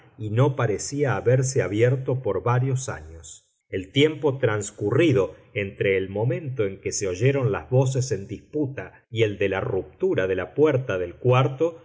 y no parecía haberse abierto por varios años el tiempo transcurrido entre el momento en que se oyeron las voces en disputa y el de la ruptura de la puerta del cuarto